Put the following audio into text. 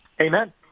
Amen